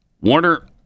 Warner